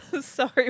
Sorry